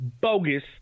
bogus